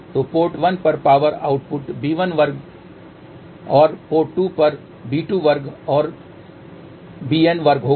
तो पोर्ट 1 पर power output b1 वर्ग और पोर्ट 2 पर b2 वर्ग और bN वर्ग होगा